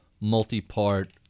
multi-part